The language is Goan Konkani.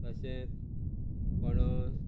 तशेंच पणस